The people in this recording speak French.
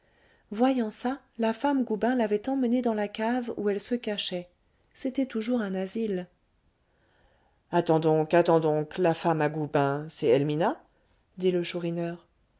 voyant ça la femme goubin l'avait emmenée dans la cave où elle se cachait c'était toujours un asile attends donc attends donc la femme à goubin c'est helmina dit le